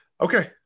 Okay